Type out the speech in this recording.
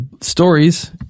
stories